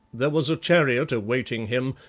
there was a chariot awaiting him,